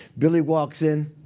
billy walks in.